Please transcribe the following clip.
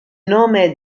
nome